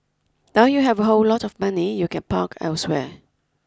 now you have a whole lot of money you can park elsewhere